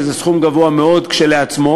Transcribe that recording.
שזה סכום גבוה מאוד כשלעצמו.